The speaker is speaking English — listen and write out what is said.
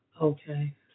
Okay